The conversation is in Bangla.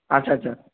আচ্ছা আচ্ছা